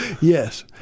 Yes